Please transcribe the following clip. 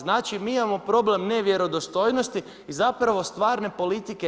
Znači mi imamo problem nevjerodostojnosti i zapravo stvarne politike.